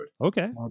Okay